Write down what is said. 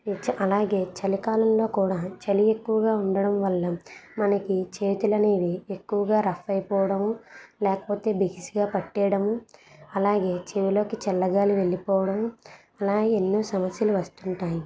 అలాగే చలి కాలంలో కూడా చలి ఎక్కువగా ఉండడం వల్ల మనకి చేతులు అనేవి ఎక్కువగా రఫ్ అయిపోవడము లేకపోతే బిగుసుగా పట్టేయడం అలాగే చెవిలోకి చల్లగాలి వెళ్ళిపోవడం అలాగే ఎన్నో సమస్యలు వస్తుంటాయి